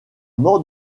mort